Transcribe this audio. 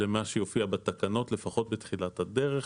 למה שיופיע בתקנות לפחות בתחילת הדרך,